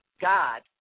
God